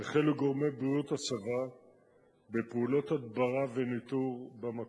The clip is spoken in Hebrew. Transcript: החלו גורמי בריאות הצבא בפעולות הדברה וניטור במקום.